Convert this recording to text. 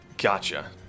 Gotcha